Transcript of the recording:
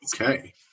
Okay